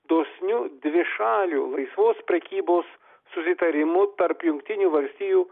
dosniu dvišalių laisvos prekybos susitarimu tarp jungtinių valstijų